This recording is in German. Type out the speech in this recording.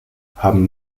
haben